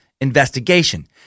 investigation